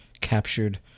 captured